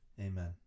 Amen